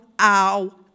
ow